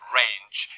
range